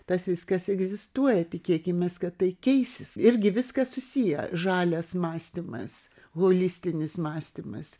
tas viskas egzistuoja tikėkimės kad tai keisis irgi viskas susiję žalias mąstymas holistinis mąstymas